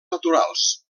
naturals